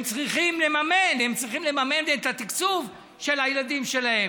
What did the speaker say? הם צריכים לממן את התקצוב של הילדים שלהם.